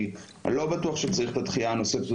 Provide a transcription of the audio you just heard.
אני לא בטוח שצריך את הדחייה הנוספת הזאת,